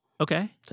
Okay